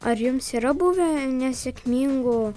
ar jums yra buvę nesėkmingų